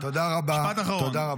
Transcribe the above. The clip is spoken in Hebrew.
תודה רבה.